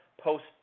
post